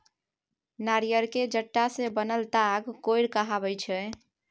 नारियरक जट्टा सँ बनल ताग कोइर कहाबै छै